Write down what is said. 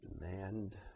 Demand